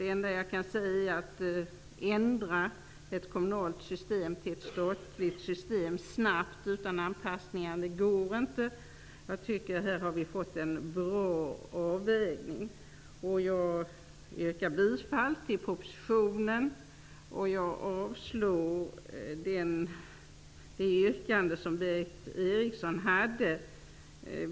Att snabbt och utan anpassning ändra ett kommunalt system till ett statligt går inte. Vi har här fått till stånd en bra avvägning. Jag yrkar bifall till utskottets och propositionens förslag och avstyrker Berith Erikssons yrkande.